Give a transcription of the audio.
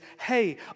hey